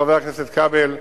חבר הכנסת כבל,